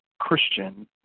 Christian